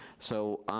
so,